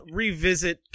revisit